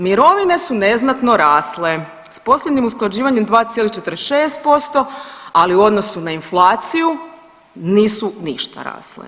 Mirovine su neznatno rasle, s posljednjim usklađivanjem 2,46%, ali u odnosu na inflaciju nisu ništa rasle.